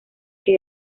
que